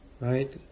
Right